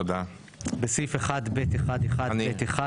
הצבעה בעד 4 נגד 9 נמנעים אין לא אושר.